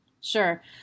sure